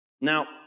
Now